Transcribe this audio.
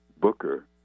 Booker